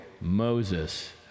Moses